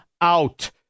out